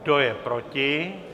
Kdo je proti?